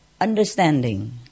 understanding